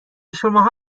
شماها